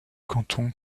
canton